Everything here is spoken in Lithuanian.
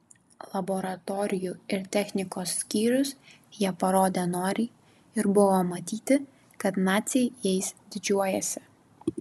laboratorijų ir technikos skyrius jie parodė noriai ir buvo matyti kad naciai jais didžiuojasi